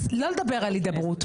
אז לא לדבר על הידברות,